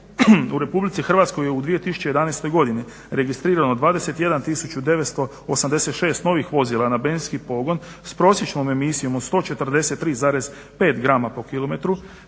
u Republici Hrvatskoj je u 2011. godini registrirano 21986 novih vozila na benzinski pogon s prosječnom emisijom od 143,5 g/km, 39 novih